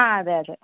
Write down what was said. ആ അതെ അതെ